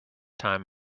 time